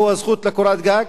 הוא הזכות לקורת גג?